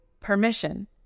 Permission